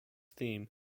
theme